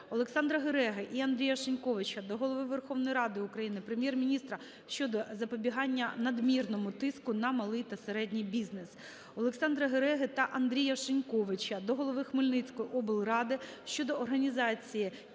Олександра Гереги і Андрія Шиньковича до Голови Верховної Ради України, Прем'єр-міністра щодо запобігання надмірному тиску на малий та середній бізнес. Олександра Гереги та Андрія Шиньковича до голови Хмельницької облради щодо організації